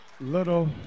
Little